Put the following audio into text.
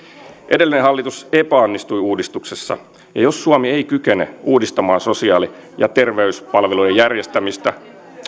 edellinen hallitus epäonnistui uudistuksessa ja jos suomi ei kykene uudistamaan sosiaali ja terveyspalvelujen järjestämistä